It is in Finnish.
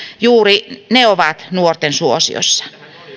juuri ne ovat nuorten suosiossa